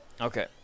Okay